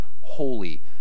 holy